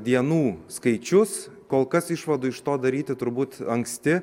dienų skaičius kol kas išvadų iš to daryti turbūt anksti